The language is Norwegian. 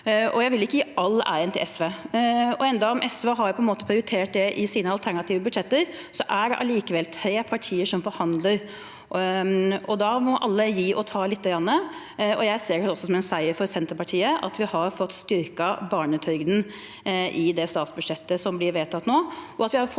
Jeg vil ikke gi all æren til SV. Selv om SV på en måte har prioritert det i sine alternative budsjetter, er det allikevel tre partier som forhandler. Da må alle gi og ta litt, og jeg ser det også som en seier for Senterpartiet at vi har fått styrket barnetrygden i det statsbudsjettet som blir vedtatt i